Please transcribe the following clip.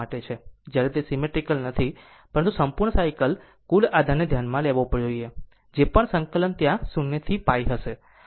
જ્યારે તે સીમેટ્રીકલ નથી ત્યારે સંપૂર્ણ સાયકલ કુલ આધારને ધ્યાનમાં લેવો જોઈએ જે પણ સંકલન ત્યાં 0 to π હશે